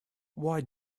why